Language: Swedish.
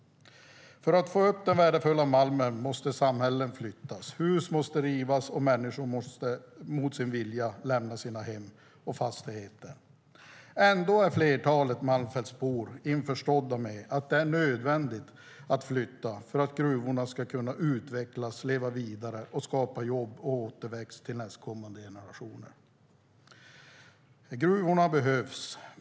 För att få upp den värdefulla malmen måste samhällen flyttas. Hus måste rivas, och människor måste mot sin vilja lämna sina hem och fastigheter. Ändå är flertalet malmfältsbor införstådda med att det är nödvändigt att flytta för att gruvorna ska kunna utvecklas, leva vidare och skapa jobb och återväxt till nästkommande generationer. Gruvorna behövs.